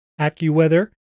AccuWeather